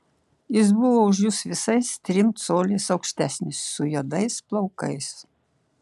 jis buvo už jus visais trim coliais aukštesnis su juodais plaukais